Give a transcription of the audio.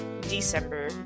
December